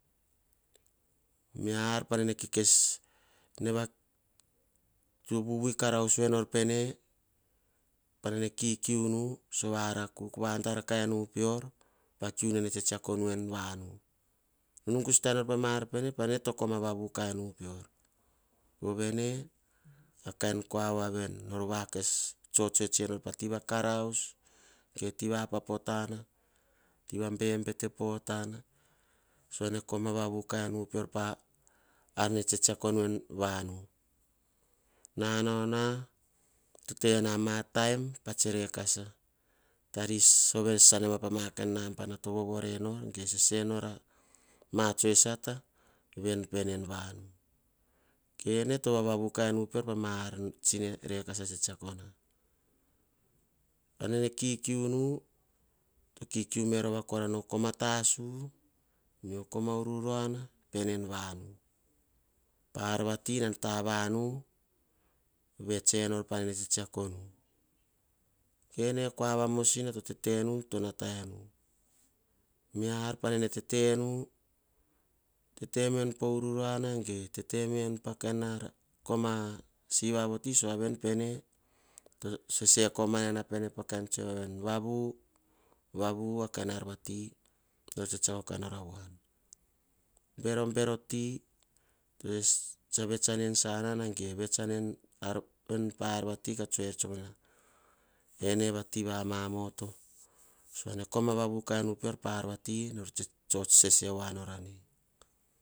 Miar vuvui karus enor pene, sovane kiukiunu, sova arakuk. Va dar kiaenu pior. Pa kiu nene tse soveve totevavu kainu pior. Pa kiu nene tse tsako nou en vanu. Nugusata enor pama ar pene soveve tovevavu kainu pior. Povene a kainkua voane nor tsinor akuava karaus. Teva apapo tana tiva bebete potana. Sova ne koma vavu kainu pior pa ar nene tseksako nu eh vanu. Nanao a bon ge ama potana tse tsunan taris ove ene pa nabana buar vere to vovore nor. Sese nor ama tsue sata vene pene. Kene top vavakukain u pior pama ar ne tsunan tseksakona. Pane kikiu to kikiu vero vanu o koma tasu veo komana miruruana en vanu pa ar vati nene tsetsako nu en vanu. Kene ekua vavan kanata enu. Tetemenu pokoma ururua koma sina. Sowa vewe pene tosee komana ene pa kain voave ne vavu vau akain ar vati vui nor tsetsako ka nor avoan. Bero bero ti tsa vets ane en sanaka ka tsoer.